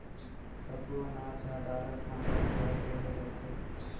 सब्बो अनाज ह डारा खांधा ले अलगे हो जाथे